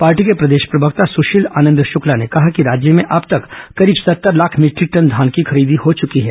party के प्रदेश प्रवक्ता सुशील आनंद शक्ला ने कहा कि राज्य में अब तक करीब सत्तर लाख मीटरिक टन धान की खरीदी हो चुकी है